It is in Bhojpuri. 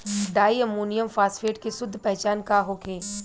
डाइ अमोनियम फास्फेट के शुद्ध पहचान का होखे?